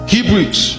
Hebrews